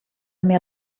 mehr